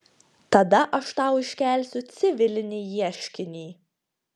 tada aš tau iškelsiu civilinį ieškinį